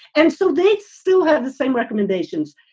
and so they still have the same recommendations.